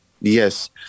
yes